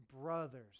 brothers